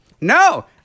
No